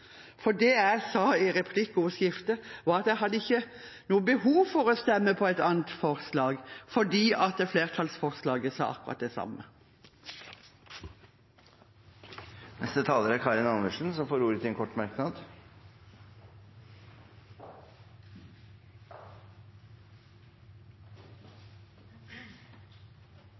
hørte. Det jeg sa i replikkordskiftet, var at jeg ikke hadde noe behov for å stemme på et annet forslag, for flertallsforslaget sa akkurat det samme. Representanten Karin Andersen har hatt ordet to ganger tidligere og får ordet til en kort merknad,